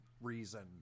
reason